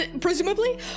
presumably